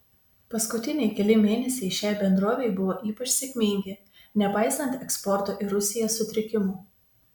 paskutiniai keli mėnesiai šiai bendrovei buvo ypač sėkmingi nepaisant eksporto į rusiją sutrikimų